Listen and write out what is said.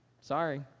Sorry